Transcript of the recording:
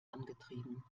angetrieben